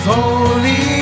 Holy